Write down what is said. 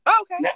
Okay